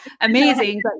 amazing